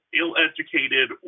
ill-educated